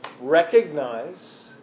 recognize